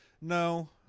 No